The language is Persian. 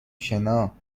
شنا